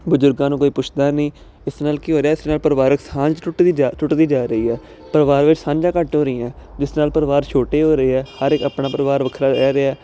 ਬਜ਼ੁਰਗਾਂ ਨੂੰ ਕੋਈ ਪੁੱਛਦਾ ਨਹੀਂ ਇਸ ਨਾਲ ਕੀ ਹੋ ਰਿਹਾ ਇਸ ਨਾਲ ਪਰਿਵਾਰਕ ਸਾਂਝ ਟੁੱਟਦੀ ਜਾ ਟੁੱਟਦੀ ਜਾ ਰਹੀ ਆ ਪਰਿਵਾਰ ਵਿੱਚ ਸਾਂਝਾ ਘੱਟ ਹੋ ਰਹੀਆਂ ਜਿਸ ਨਾਲ ਪਰਿਵਾਰ ਛੋਟੇ ਹੋ ਰਹੇ ਆ ਹਰ ਇੱਕ ਆਪਣਾ ਪਰਿਵਾਰ ਵੱਖਰਾ ਰਹਿ ਰਿਹਾ